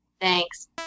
Thanks